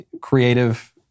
creative